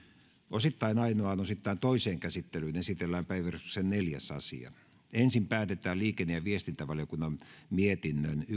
osittain ainoaan osittain toiseen käsittelyyn esitellään päiväjärjestyksen neljäs asia ensin päätetään liikenne ja viestintävaliokunnan mietinnön